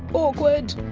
awkward!